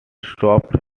stopped